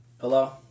Hello